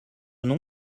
nom